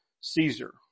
Caesar